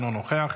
אינו נוכח,